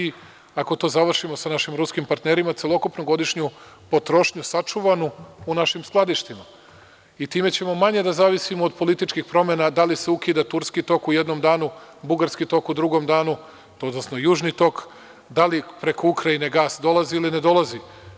Ako to završimo sa našim ruskim partnerima, celokupnu godišnju potrošnju sačuvanu u našim skladištima i time ćemo manje da zavisimo od političkih promena - da li se ukida Turski tok u jednom danu, Bugarski tok u drugom danu, odnosno Južni tok, da li preko Ukrajine gas dolazi ili ne dolazi.